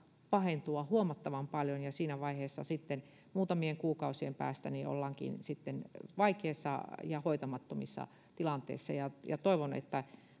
pahentua huomattavan paljon ja siinä vaiheessa sitten muutamien kuukausien päästä ollaankin vaikeissa ja hoitamattomissa tilanteissa toivon että